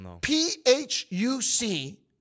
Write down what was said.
P-H-U-C